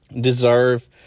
deserve